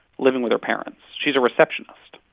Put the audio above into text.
living with her parents. she's a receptionist.